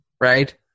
right